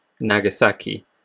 Nagasaki